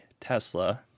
Tesla